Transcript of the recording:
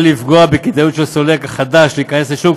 לפגוע בכדאיות של סולק חדש להיכנס לשוק,